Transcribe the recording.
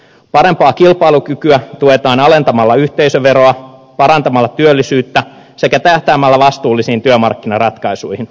parempaa kilpailukykyä tuetaan alentamalla yhteisöveroa parantamalla työllisyyttä sekä tähtäämällä vastuullisiin työmarkkinaratkaisuihin